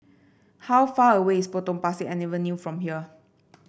how far away is Potong Pasir Avenue from here